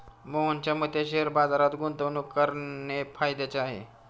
मोहनच्या मते शेअर बाजारात गुंतवणूक करणे फायद्याचे आहे